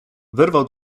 wyrwał